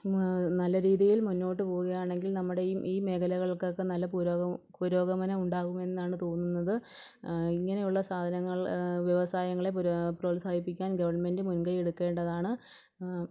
നല്ല രീതിയിൽ മുന്നോട്ട് പോകുകയാണെങ്കിൽ നമ്മുടെ ഈ ഈ മേഖലകൾക്കൊക്കെ നല്ല പുരോഗമനവും പുരോഗമനമുണ്ടാകുമെന്നാണ് തോന്നുന്നത് ഇങ്ങനെയുള്ള സാധനങ്ങൾ വ്യവസായങ്ങളെ പ്രോത്സാഹിപ്പിക്കാൻ ഗവണ്മെൻ്റ് മുൻകൈയ്യെടുക്കേണ്ടതാണ്